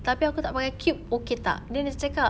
tapi aku tak pakai cube okay tak then dia cakap